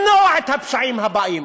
למנוע את הפשעים הבאים,